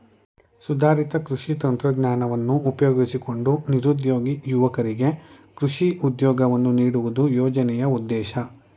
ಸುಧಾರಿತ ಕೃಷಿ ತಂತ್ರಜ್ಞಾನವನ್ನು ಉಪಯೋಗಿಸಿಕೊಂಡು ನಿರುದ್ಯೋಗಿ ಯುವಕರಿಗೆ ಕೃಷಿ ಉದ್ಯೋಗವನ್ನು ನೀಡುವುದು ಯೋಜನೆಯ ಉದ್ದೇಶ